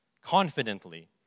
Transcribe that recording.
confidently